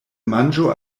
manĝo